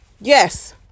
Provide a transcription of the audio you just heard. Yes